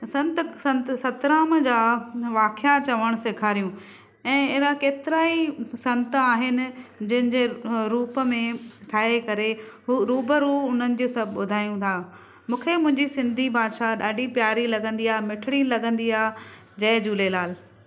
संत संत सत राम जा वाख्या चवणु सेखारियूं ऐं अहिड़ा केतिरा ई संत आहिनि जंहिंजे रूप में ठाहे करे हू रूबरू उन्हनि खे सभु ॿुधायूं था मूंखे मुंहिंजी सिंधी भाषा ॾाढी प्यारी लॻंदी आहे मिठड़ी लॻंदी आहे जय झूलेलाल